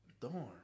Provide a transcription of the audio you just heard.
Darn